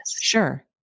Sure